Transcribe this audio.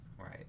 Right